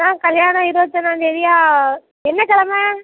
ஆ கல்யாணம் இருபத்தொன்னாந்தேதியா என்ன கெழம